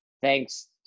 thanks